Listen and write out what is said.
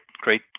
great